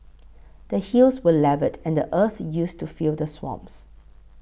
the hills were levelled and the earth used to fill the swamps